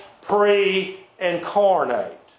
pre-incarnate